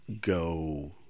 go